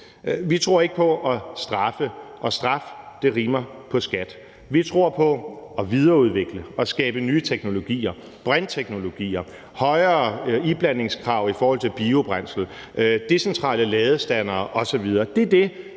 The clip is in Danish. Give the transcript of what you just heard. Vi tror ikke på at straffe – og straf rimer på skat – men vi tror på at videreudvikle og skabe nye teknologier, brintteknologier, højere iblandingskrav i forhold til biobrændsel, decentrale ladestandere osv.